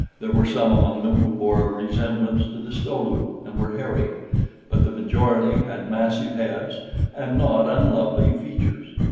there were some among them who bore a resemblance to the sto-lu and were hairy but the majority had massive heads and not unlovely features.